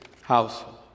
household